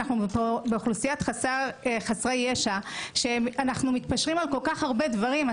באוכלוסיות חסרי ישע שאנחנו מתפשרים על כל כך הרבה דברים,